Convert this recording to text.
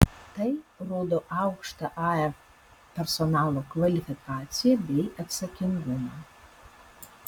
tai rodo aukštą ae personalo kvalifikaciją bei atsakingumą